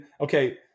okay